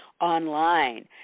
online